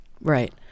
Right